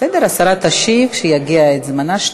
בסדר, השרה תשיב כשיגיע זמנה.